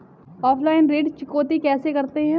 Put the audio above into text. Offline ऋण चुकौती कैसे करते हैं?